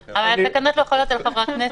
הסכנות לא חלות על חברי הכנסת.